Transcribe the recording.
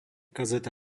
kazeta